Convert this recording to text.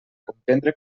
comprendre